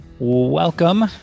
Welcome